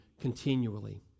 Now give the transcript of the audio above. continually